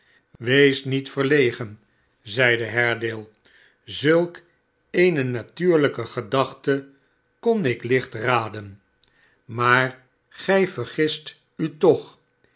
wees niet verlegen zeide haredale zulk eene natuurlijke gedachte kon ik licht raden maar gij vergist u toch